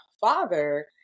father